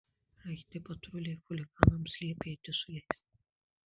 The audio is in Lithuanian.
raiti patruliai chuliganams liepė eiti su jais